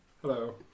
Hello